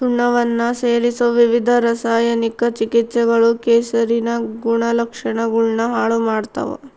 ಸುಣ್ಣವನ್ನ ಸೇರಿಸೊ ವಿವಿಧ ರಾಸಾಯನಿಕ ಚಿಕಿತ್ಸೆಗಳು ಕೆಸರಿನ ಗುಣಲಕ್ಷಣಗುಳ್ನ ಹಾಳು ಮಾಡ್ತವ